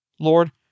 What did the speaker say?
Lord